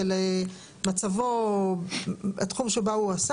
שלום, בוקר טוב.